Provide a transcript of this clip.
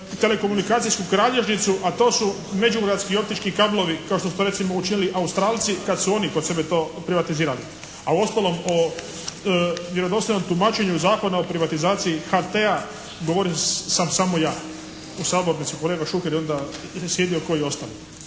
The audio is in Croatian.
telekomunikacijsku kralježnicu a to su međugradski i optički kablovi kao što su to recimo učinili Australci kad su oni kod sebe to privatizirali. A uostalom o vjerodostojnom tumačenju Zakona o privatizaciji HT-a govorio sam samo ja u sabornici. Kolega Šuker je onda sjedio ko i ostali.